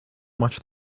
much